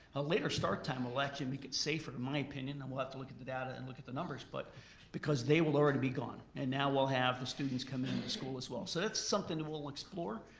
a later start time will actually make it safer in my opinion, and we'll have to look at the data and look at the numbers. but because they will already be gone and now we'll have the students come in at the school as well so that's something we'll explore.